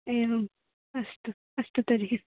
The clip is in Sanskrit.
एवम् अस्तु अस्तु तर्हि